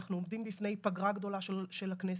אנחנו עומדים בפני פגרה גדולה של הכנסת,